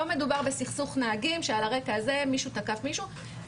לא מדובר בסכסוך נהגים שעל הרקע הזה מישהו תקף מישהו,